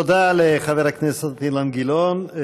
תודה לחבר הכנסת אילן גילאון.